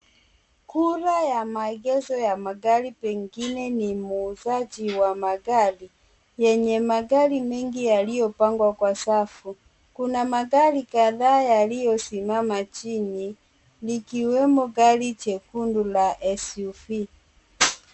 Kura ya maegesho ya magari pengine ni muuzaji wa magari, yenye magari mengi yaliyopangwa kwa safu. Kuna magari kadhaa yaliyosimama chini, likiwemo gari jekundu la SUV.